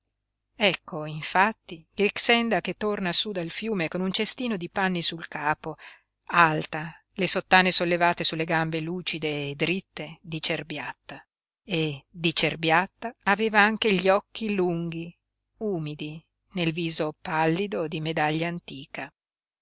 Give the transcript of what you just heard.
ecco infatti grixenda che torna su dal fiume con un cestino di panni sul capo alta le sottane sollevate sulle gambe lucide e dritte di cerbiatta e di cerbiatta aveva anche gli occhi lunghi umidi nel viso pallido di medaglia antica